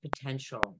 potential